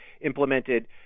implemented